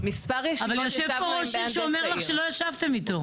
אבל יושב פה ראש עיר שאומר לך שלא ישבתם איתו.